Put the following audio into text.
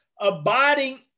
abiding